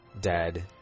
dead